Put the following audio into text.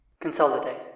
Consolidate